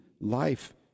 life